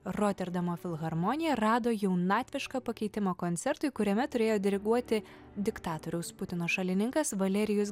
roterdamo filharmonija rado jaunatvišką pakeitimą koncertui kuriame turėjo diriguoti diktatoriaus putino šalininkas valerijus